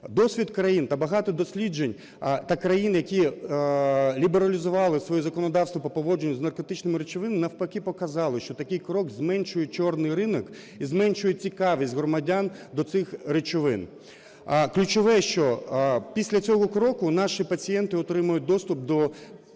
Досвід країн та багато досліджень та країн, які лібералізували своє законодавство по поводженню з наркотичними речовинами, навпаки, показали, що такий крок зменшує "чорний" ринок і зменшує цікавість громадян до цих речовин. Ключове, що після цього кроку, наші пацієнти отримують доступ до